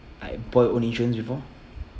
like bought own insurance before